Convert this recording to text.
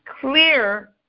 clear